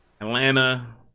Atlanta